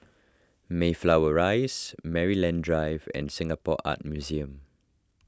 Mayflower Rise Maryland Drive and Singapore Art Museum